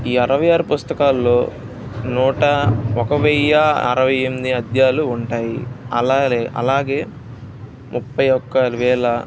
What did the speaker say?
ఈ అరవై ఆరు పుస్తకాలలో నూట ఒక వెయ్యి అరవై ఎనిమిది అధ్యయాలు ఉంటాయి అలాగే అలాగే ముప్పై ఒక్క వేల